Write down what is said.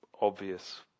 obvious